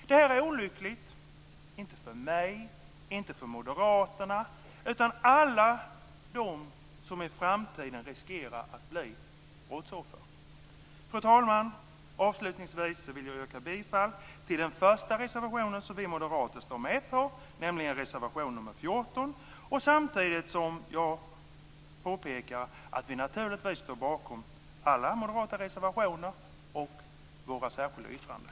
Detta är olyckligt, inte för mig, inte för moderaterna utan för alla de som i framtiden riskerar att bli brottsoffer. Fru talman! Avslutningsvis vill jag yrka bifall till den första reservationen där vi moderater finns med, nämligen reservation 14. Samtidigt vill jag påpeka att vi naturligtvis står bakom alla moderata reservationer och särskilda yttranden.